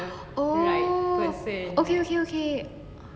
oh okay okay